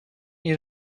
you